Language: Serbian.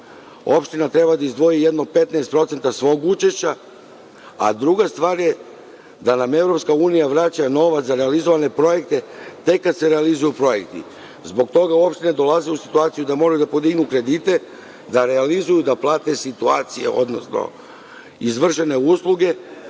opština treba da izdvoji jedno 15% svog učešća, a druga stvar je da nam Evropska unija vraća novac za realizovane projekte tek kad se realizuju projekti. Zbog toga opštine dolaze u situaciju da moraju da podignu kredite, da realizuju, da plate situacije, odnosno izvršene usluge,